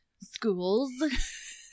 schools